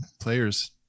players